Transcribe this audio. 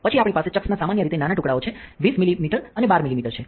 પછી આપણી પાસે ચક્સના સામાન્ય રીતે નાના ટુકડાઓ છે 20 મિલીમીટર અને 12 મિલીમીટર છે